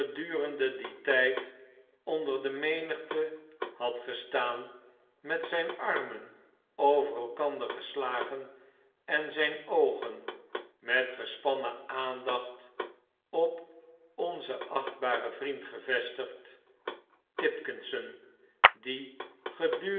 gedurende dien tjjd onder de menigte had gestaan met z jn armen over elkander gestagen en zfln oogen met gespannen aandacht op onzen achtbaren vriend gevestigd tipkisson die